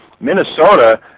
Minnesota